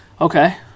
Okay